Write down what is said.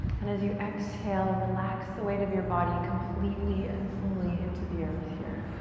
and as you exhale, relax the weight of your body completely and fully into the earth here.